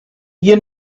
you